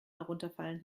herunterfallen